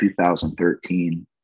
2013